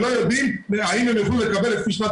שלא יודעים האם הם יוכלו לקבל לפי שנת